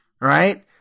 right